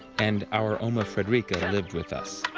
and our oma frederica lived with us.